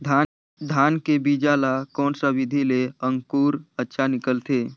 धान के बीजा ला कोन सा विधि ले अंकुर अच्छा निकलथे?